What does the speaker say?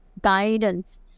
guidance